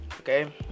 okay